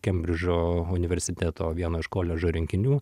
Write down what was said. kembridžo universiteto vieno iš koledžo rinkinių